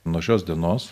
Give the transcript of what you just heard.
nuo šios dienos